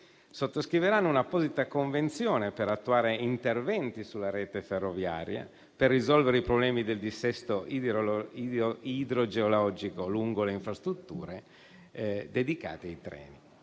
sottoscriveranno un'apposita convenzione per attuare interventi sulla rete ferroviaria per risolvere i problemi del dissesto idrogeologico lungo le infrastrutture dedicate ai treni.